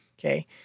Okay